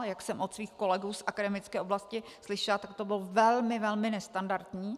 Jak jsem od svých kolegů z akademické oblasti slyšela, tak to bylo velmi, velmi nestandardní.